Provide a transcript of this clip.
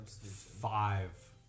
Five